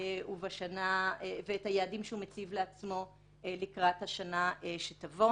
ואת היעדים שהוא מציב לעצמו בשנה שתבוא.